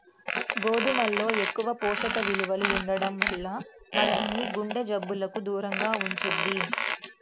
గోధుమల్లో ఎక్కువ పోషక విలువలు ఉండటం వల్ల మనల్ని గుండె జబ్బులకు దూరంగా ఉంచుద్ది